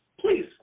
please